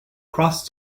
cross